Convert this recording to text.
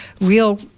real